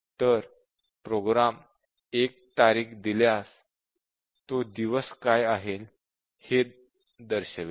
तर प्रोग्राम एक तारीख दिल्यास तो दिवस काय आहे हे दर्शवेल